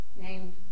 named